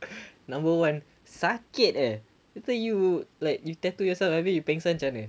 number one sakit eh later you like you tattoo yourself after that you pengsan macam mana